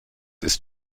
ist